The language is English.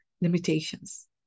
limitations